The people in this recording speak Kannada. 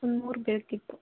ಒಂದು ಮೂರು ಬೇಕಿತ್ತು